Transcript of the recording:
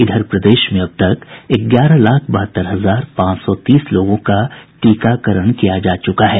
इधर प्रदेश में अब तक ग्यारह लाख बहत्तर हजार पांच सौ तीस लोगों का टीकाकरण किया जा चुका है